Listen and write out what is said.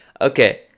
okay